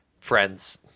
friends